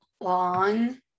long